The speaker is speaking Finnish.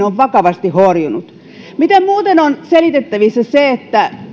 on vakavasti horjunut miten muuten on selitettävissä se että